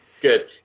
Good